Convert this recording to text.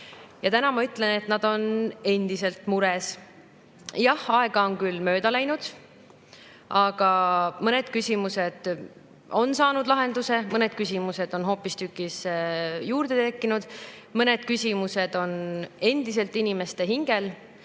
ja täna ma ütlen, et nad on endiselt mures. Jah, aega on mööda läinud ja mõned küsimused on saanud lahenduse, kuid mõned küsimused on hoopistükkis juurde tekkinud. Mõned küsimused on endiselt inimeste hingel